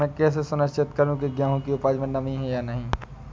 मैं कैसे सुनिश्चित करूँ की गेहूँ की उपज में नमी है या नहीं?